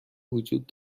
وجود